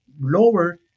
lower